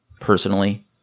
Personally